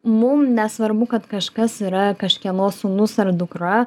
mum nesvarbu kad kažkas yra kažkieno sūnus ar dukra